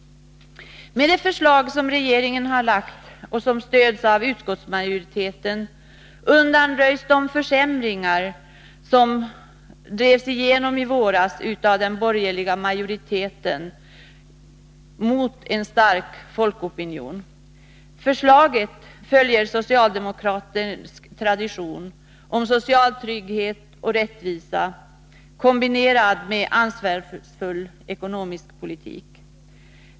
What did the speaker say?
Med det förslag som regeringen framlagt och som stöds av utskottets majoritet undanröjs de försämringar i arbetslöshetsförsäkringen som drevs igenom i våras av den borgerliga majoriteten mot en stark folkopinion. Förslaget följer socialdemokratisk tradition och ger social trygghet, och rättvisa kombinerad med ansvarsfull ekonomisk politik.